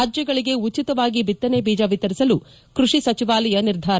ರಾಜ್ಯಗಳಿಗೆ ಉಚಿತವಾಗಿ ಬಿತ್ತನೆ ಬೀಜ ವಿತರಿಸಲು ಕ್ವಡಿ ಸಚಿವಾಲಯ ನಿರ್ಧಾರ